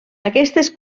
aquestes